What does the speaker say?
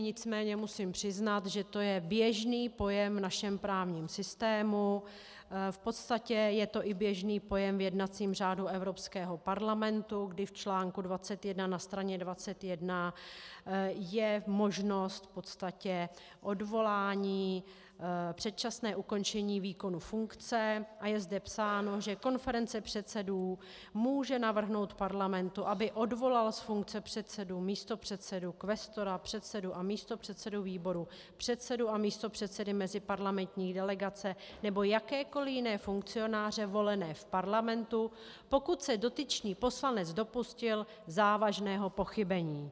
Nicméně musím přiznat, že to je běžný pojem v našem právním systému, v podstatě je to i běžný pojem v jednacím řádu Evropského parlamentu, kdy v čl. 21 na straně 21 je možnost v podstatě odvolání, předčasné ukončení výkonu funkce, a je zde psáno, že konference předsedů může navrhnout parlamentu, aby odvolal z funkce předsedu, místopředsedu, kvestora, předsedu a místopředsedu výboru, předsedu a místopředsedy meziparlamentní delegace nebo jakékoliv jiné funkcionáře volené v parlamentu, pokud se dotyčný poslanec dopustil závažného pochybení.